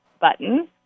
button